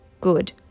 good